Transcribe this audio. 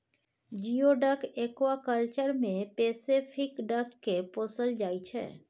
geoduck aquaculture मे Pacific duck केँ पोसल जाइ छै